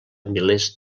milers